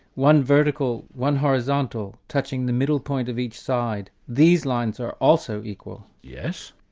one vertical, one horizontal, touching the middle point of each side, these lines are also equal. yes.